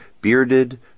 bearded